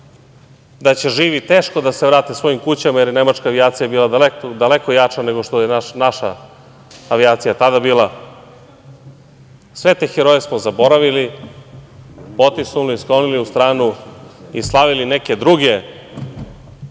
da će živi teško da se vrate svojim kućama, jer je nemačka avijacija bila daleko jača nego što je naša avijacija tada bila. Sve te heroje smo zaboravili, potisnuli, sklonili u stranu i slavili neke druge